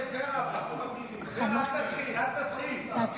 זה אל תתחיל, אל תתחיל.